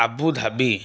Abu Dhabi